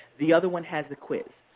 the other one has the quiz.